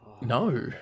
No